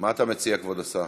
מה אתה מציע, כבוד השר?